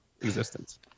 existence